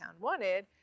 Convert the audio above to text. wanted